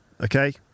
Okay